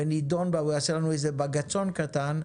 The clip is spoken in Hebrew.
אם הוא יעשה לנו בג"ץ קטן,